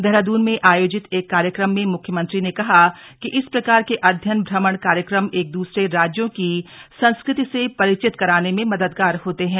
देहरादून में आयोजित एक कार्यक्रम में मुख्यमंत्री ने कहा कि इस प्रकार के अध्ययन भ्रमण कार्यक्रम एक दूसरे राज्यों की संस्कृति से परिचित कराने में मददगार होते हैं